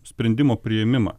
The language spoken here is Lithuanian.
sprendimo priėmimą